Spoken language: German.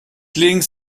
links